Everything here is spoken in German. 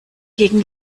gegen